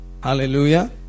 Hallelujah